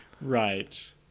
right